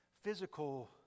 physical